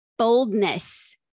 boldness